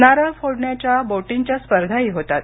नारळ फोडण्याच्या बोटींच्या स्पर्धाही होतात